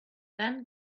then